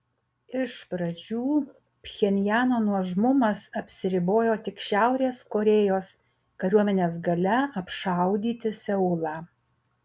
iš pradžių pchenjano nuožmumas apsiribojo tik šiaurės korėjos kariuomenės galia apšaudyti seulą